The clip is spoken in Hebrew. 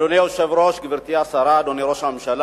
אדוני היושב-ראש, גברתי השרה, אדוני ראש הממשלה,